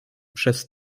przez